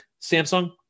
Samsung